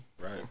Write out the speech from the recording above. Right